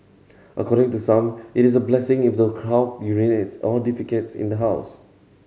according to some it is a blessing in the cow urinates or defecates in the house